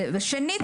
ושנית,